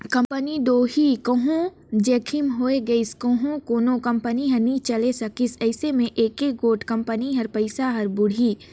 company दो हे कहों जोखिम होए गइस कहों कोनो कंपनी हर नी चले सकिस अइसे में एके गोट कंपनी कर पइसा हर बुड़ही